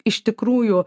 iš tikrųjų